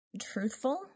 truthful